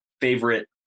favorite